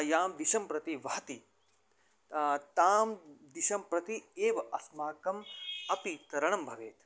यां दिशं प्रति वहति तां दिशं प्रति एव अस्माकम् अपि तरणं भवेत्